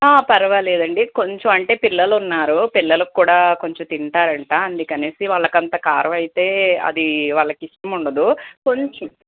పరవాలేదండి కొంచెం అంటే పిల్లలు ఉన్నారు పిల్లలు కూడా కొంచెం తింటారుట అందుకని వాళ్ళకంత కారం అయితే అది వాళ్ళకి ఇష్టం ఉండదు కొంచెం